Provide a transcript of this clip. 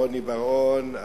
רוני בר-און.